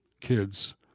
kids